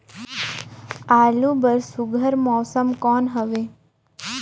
आलू बर सुघ्घर मौसम कौन हवे?